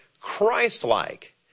Christ-like